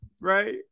right